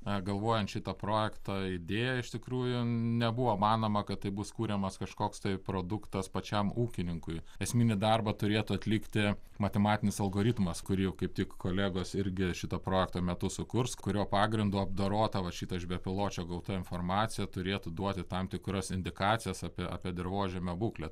na galvojant šito projekto idėją iš tikrųjų nebuvo manoma kad taip bus kuriamas kažkoks tai produktas pačiam ūkininkui esminį darbą turėtų atlikti matematinis algoritmas kur jau kaip tik kolegos irgi šito projekto metu sukurs kurio pagrindu apdorota va šita iš bepiločio gauta informacija turėtų duoti tam tikras indikacijas apie apie dirvožemio būklę